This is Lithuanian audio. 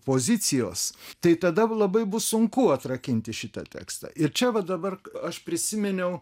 pozicijos tai tada labai bus sunku atrakinti šitą tekstą ir čia va dabar aš prisiminiau